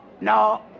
no